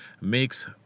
makes